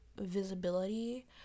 visibility